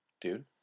Dude